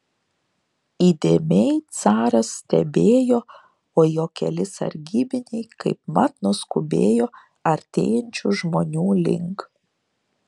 įdėmiai caras stebėjo o jo keli sargybiniai kaipmat nuskubėjo artėjančių žmonių link